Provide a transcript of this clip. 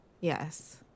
Yes